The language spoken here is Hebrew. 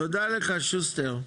תודה לך שוסטר.